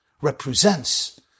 represents